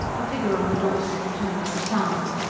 a figure on the doorstep turned at the sound.